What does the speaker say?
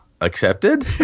Accepted